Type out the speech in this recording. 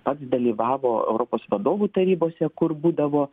pats dalyvavo europos vadovų tarybose kur būdavo